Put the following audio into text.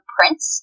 Prince